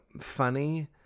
funny